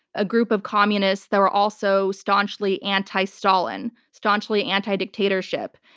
a group of communists that were also staunchly anti-stalin, staunchly anti-dictatorship,